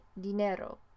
dinero